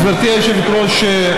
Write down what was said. גברתי היושבת-ראש,